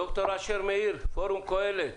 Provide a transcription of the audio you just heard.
ד"ר אשר מאיר, פורום קהלת